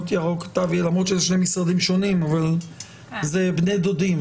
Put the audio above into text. למרות שזה שני משרדים שונים אבל זה בני-דודים,